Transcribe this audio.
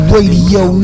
Radio